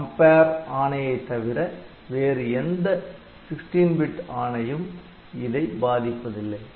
Compare ஆணையை தவிர வேறு எந்த 16 பிட் ஆணையும் இதை பாதிப்பதில்லை